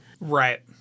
Right